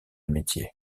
métier